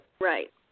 Right